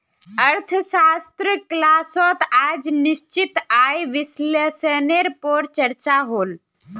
अर्थशाश्त्र क्लास्सोत आज निश्चित आय विस्लेसनेर पोर चर्चा होल